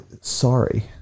Sorry